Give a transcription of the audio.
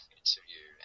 interview